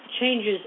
changes